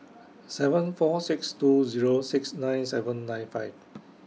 seven four six two Zero six nine seven nine five